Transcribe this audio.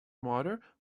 mother